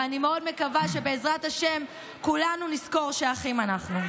ואני מאוד מקווה שבעזרת השם כולנו נזכור שאחים אנחנו.